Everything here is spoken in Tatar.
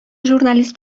журналист